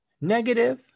negative